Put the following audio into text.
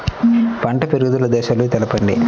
పంట పెరుగుదల దశలను తెలపండి?